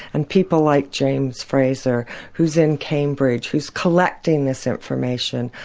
and people like james frazer who's in cambridge, who's collecting this information,